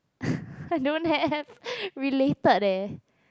I don't have related leh